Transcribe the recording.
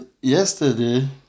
Yesterday